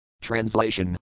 Translation